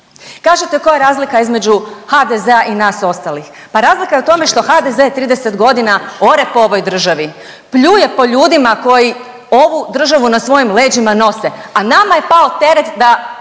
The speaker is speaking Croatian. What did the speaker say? Kažete koja je razlika između HDZ-a i nas ostalih? Pa razlika je u tome što HDZ 30.g. ore po ovoj državi, pljuje po ljudima koji ovu državu na svojim leđima nose, a nama je pao teret da